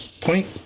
point